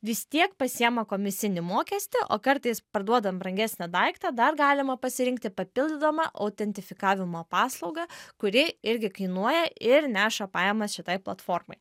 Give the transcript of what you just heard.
vis tiek pasiima komisinį mokestį o kartais parduodant brangesnį daiktą dar galima pasirinkti papildomą autentifikavimo paslaugą kuri irgi kainuoja ir neša pajamas šitai platformai